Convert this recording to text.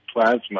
plasma